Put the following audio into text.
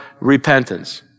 repentance